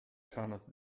turneth